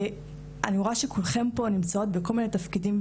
אני רואה שכולכן פה נמצאות בכל מיני תפקידים,